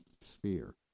sphere